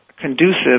conducive